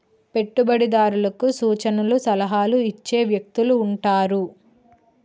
పెట్టుబడిదారులకు సూచనలు సలహాలు ఇచ్చే వ్యక్తులు ఉంటారు